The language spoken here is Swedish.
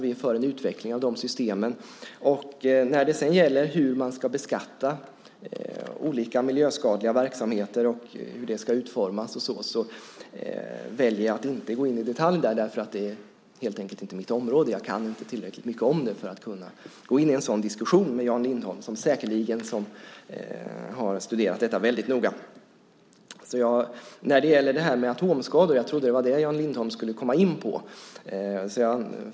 Vi är för en utveckling av de systemen. När det gäller hur man ska beskatta olika miljöskadliga verksamheter och hur de ska utformas väljer jag att inte gå in i detalj eftersom det helt enkelt inte är mitt område. Jag kan inte tillräckligt mycket om det för att kunna gå in i en sådan diskussion med Jan Lindholm, som säkerligen har studerat detta noga. Jag trodde att Jan Lindholm skulle komma in på frågan om atomskador.